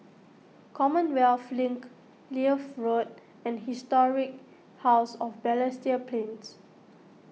Commonwealth Link Leith Road and Historic House of Balestier Plains